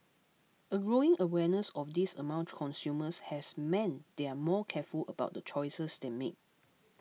a growing awareness of this among consumers has meant they are more careful about the choices they make